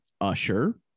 Usher